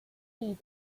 heed